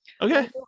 Okay